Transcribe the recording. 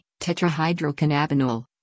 tetrahydrocannabinol